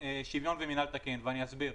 שוויון ומינהל תקין, ואסביר.